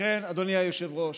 לכן, אדוני היושב-ראש,